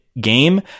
game